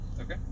Okay